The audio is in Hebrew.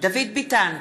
דוד ביטן,